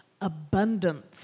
Abundance